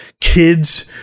kids